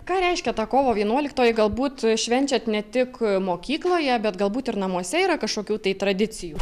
ką reiškia ta kovo vienuoliktoji galbūt švenčiat ne tik mokykloje bet galbūt ir namuose yra kažkokių tai tradicijų